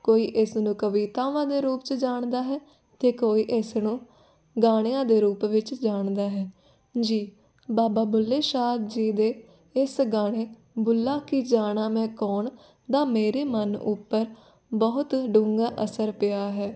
ਕੋਈ ਇਸ ਨੂੰ ਕਵਿਤਾਵਾਂ ਦੇ ਰੂਪ 'ਚ ਜਾਣਦਾ ਹੈ ਅਤੇ ਕੋਈ ਇਸ ਨੂੰ ਗਾਣਿਆਂ ਦੇ ਰੂਪ ਵਿੱਚ ਜਾਣਦਾ ਹੈ ਜੀ ਬਾਬਾ ਬੁੱਲੇ ਸ਼ਾਹ ਜੀ ਦੇ ਇਸ ਗਾਣੇ ਬੁੱਲਾ ਕੀ ਜਾਣਾ ਮੈਂ ਕੌਣ ਦਾ ਮੇਰੇ ਮਨ ਉੱਪਰ ਬਹੁਤ ਡੂੰਘਾ ਅਸਰ ਪਿਆ ਹੈ